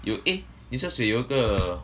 you eh 牛车水有一个